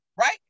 right